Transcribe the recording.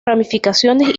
ramificaciones